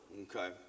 okay